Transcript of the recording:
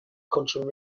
cultural